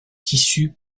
tissu